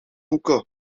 hoeken